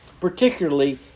particularly